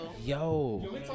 Yo